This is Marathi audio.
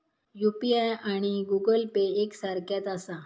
यू.पी.आय आणि गूगल पे एक सारख्याच आसा?